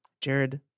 Jared